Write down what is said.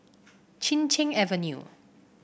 Chin Cheng Avenue